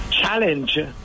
challenge